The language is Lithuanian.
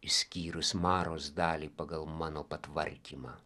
išskyrus maros dalį pagal mano patvarkymą